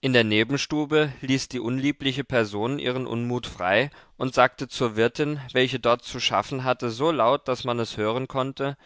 in der nebenstube ließ die unliebliche person ihren unmut frei und sagte zur wirtin welche dort zu schaffen hatte so laut daß man es hören konnte